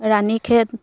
ৰাণী খেদ